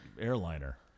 airliner